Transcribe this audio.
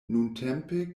nuntempe